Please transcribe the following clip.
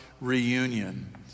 reunion